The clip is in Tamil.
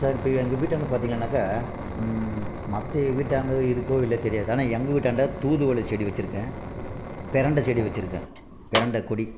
சார் இப்போ எங்கள் வீட்டாண்ட பார்த்திங்கனாக்கா மற்ற வீட்டாண்டை இருக்கோ இல்லை தெரியாது ஆனால் எங்கள் வீட்டாண்ட தூதுவளை செடி வச்சுருக்கேன் பெரண்டை செடி வச்சுருக்கேன் பெரண்டை கொடி